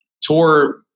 tour